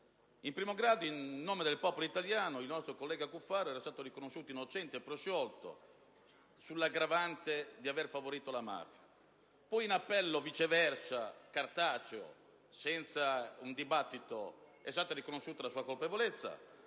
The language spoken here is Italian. In primo grado, in nome del popolo italiano, il nostro collega Cuffaro era stato riconosciuto innocente e prosciolto in ordine all'aggravante di aver favorito la mafia. Viceversa, in appello (cartaceo, senza un dibattito) è stata poi riconosciuta la sua colpevolezza.